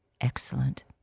Excellent